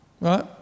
right